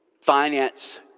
finance